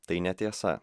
tai netiesa